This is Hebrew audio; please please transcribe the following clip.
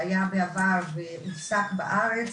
שהיה בעבר והופסק בארץ,